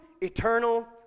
eternal